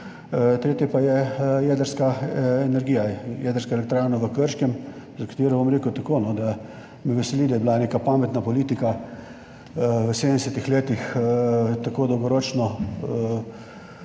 Tretje pa je jedrska energija, jedrska elektrarna v Krškem, za katero bom rekel tako, da me veseli, da je bila neka pametna politika v 70. letih tako dolgoročna,